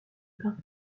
parc